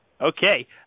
Okay